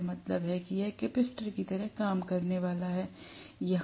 जिसका मतलब है कि यह कैपेसिटर की तरह काम करने वाला है